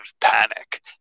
panic